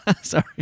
Sorry